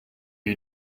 you